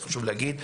חשוב להגיד.